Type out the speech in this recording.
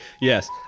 Yes